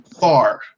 far